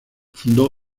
fundó